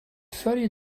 thirty